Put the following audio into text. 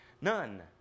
None